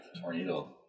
tornado